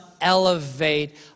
elevate